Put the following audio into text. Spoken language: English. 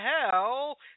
hell